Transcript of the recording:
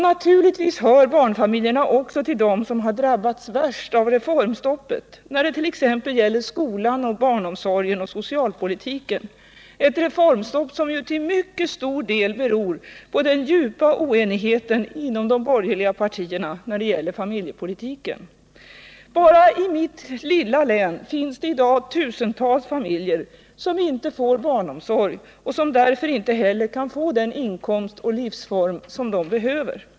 Naturligtvis hör barnfamiljerna också till dem som drabbats värst av reformstoppet,t.ex. när det gäller skolan, barnomsorgen och socialpolitiken — ett reformstopp som till mycket stor del beror på den djupa oenigheten inom de borgerliga partierna när det gäller familjepolitiken. Bara i mitt lilla län finns det i dag tusentals familjer som inte kan få barnomsorg och därmed inte heller den inkomst och livsform som de behöver.